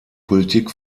politik